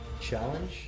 challenge